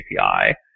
API